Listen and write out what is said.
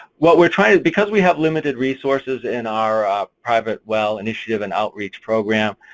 what we're trying. because we have limited resources in our private well initiative and outreach programme,